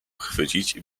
chwycić